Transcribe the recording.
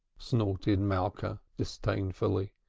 snorted malka disdainfully.